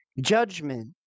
judgment